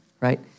right